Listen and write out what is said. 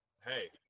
hey